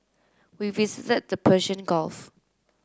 we visited the Persian Gulf